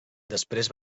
després